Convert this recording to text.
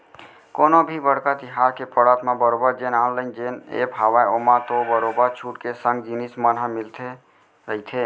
कोनो भी बड़का तिहार के पड़त म बरोबर जेन ऑनलाइन जेन ऐप हावय ओमा तो बरोबर छूट के संग जिनिस मन ह मिलते रहिथे